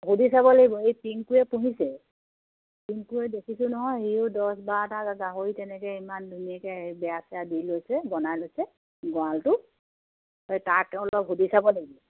সুধি চাব লাগিব এই টিংকুুৱে পুহিছে টিংকুৱে দেখিছোঁ নহয় সিও দহ বাৰটা গাহৰি তেনেকৈ ইমান ধুনীয়াকৈ বেৰা চেৰা দি লৈছে বনাই লৈছে গঁৰালটো সেই তাক অলপ সুধি চাব লাগিব